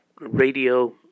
radio